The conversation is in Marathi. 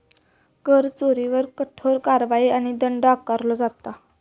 कर चोरीवर कठोर कारवाई आणि दंड आकारलो जाता